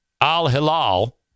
Al-Hilal